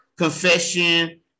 confession